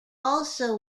also